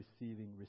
receiving